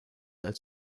als